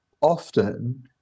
often